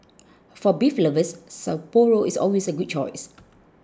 for beer lovers Sapporo is always a good choice